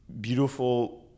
beautiful